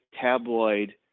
tabloid